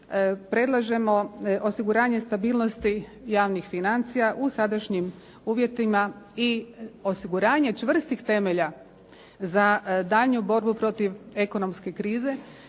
predlažemo osiguranje stabilnosti javnih financija u sadašnjim uvjetima i osiguranje čvrstih temelja za daljnju borbu protiv ekonomske krize